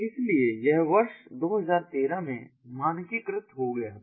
इसलिए यह वर्ष 2013 में मानकीकृत हो गया था